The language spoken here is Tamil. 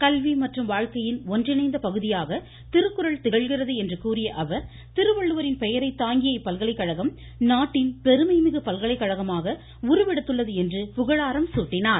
கல்வி வாழ்க்கையின் ஒன்றிணைந்த மற்றும் பகுதியாக திருக்குறள் பெயரைத் திகழ்கிறது என்று கூறிய அவர் திருவள்ளுவரின் தாங்கிய இப்பல்கலைக்கழகம் நாட்டின் பெருமைமிகு பல்கலைக்கழகமாக உருவெடுத்துள்ளது என்று புகழாரம் சூட்டினார்